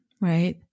right